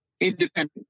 independent